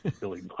Billy